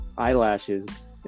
eyelashes